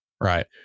right